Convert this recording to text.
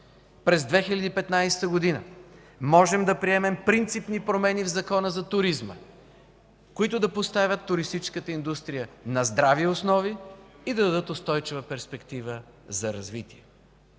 През 2015 г. можем да приемем принципни промени в Закона за туризма, които да поставят туристическата индустрия на здрави основи и да дадат устойчива перспектива за развитие.